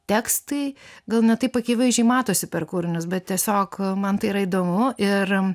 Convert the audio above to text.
tekstai gal ne taip akivaizdžiai matosi per kūrinius bet tiesiog man tai yra įdomu ir